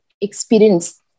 experience